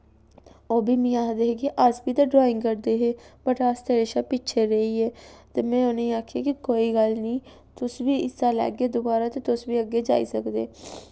ओह् बी मी आखदे हे कि अस बी ते ड्राइंग करदे हे बट अस तेरे शा पिच्छें रेही गे ते में उ'नें गी आखेआ कि कोई गल्ल निं तुस बी हिस्सा लैग्गे दोबारा ते तुस बी अग्गें जाई सकदे ओ